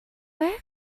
where